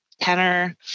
tenor